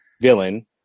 villain